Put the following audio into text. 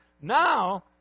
now